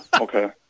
Okay